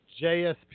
JSP